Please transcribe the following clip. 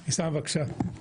אבתיסאם, בבקשה.